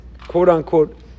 quote-unquote